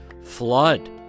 flood